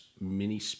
Mini